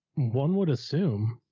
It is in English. one would assume